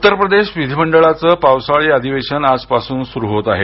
उत्तरप्रदेश विधिमंडळाचं पावसाळी अधिवेशन आजपासून सुरु होत आहे